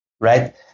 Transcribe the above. right